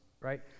Right